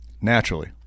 Naturally